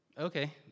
Okay